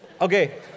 Okay